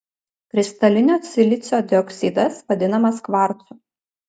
kristalinio silicio dioksidas vadinamas kvarcu